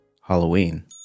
Halloween